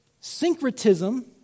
syncretism